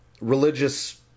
religious